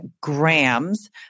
grams